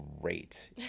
great